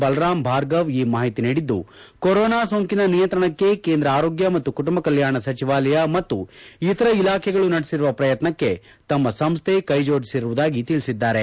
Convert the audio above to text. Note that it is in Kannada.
ಬಲರಾಮ್ ಭಾರ್ಗವ ಈ ಮಾಹಿತಿ ನೀಡಿದ್ದು ಕೊರೊನಾ ಸೋಂಕಿನ ನಿಯಂತ್ರಣಕ್ಕೆ ಕೇಂದ್ರ ಆರೋಗ್ಡ ಮತ್ತು ಕುಟುಂಬ ಕಲ್ವಾಣ ಸಚಿವಾಲಯ ಮತ್ತು ಇತರ ಇಲಾಖೆಗಳು ನಡೆಸಿರುವ ಪ್ರಯತ್ನಕ್ಷೆ ತಮ್ಮ ಸಂಸ್ಥೆ ಕೈಜೋಡಿಸಿರುವುದಾಗಿ ತಿಳಿಸಿದ್ದಾರೆ